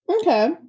Okay